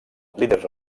líders